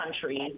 countries